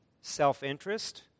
self-interest